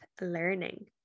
learning